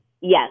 Yes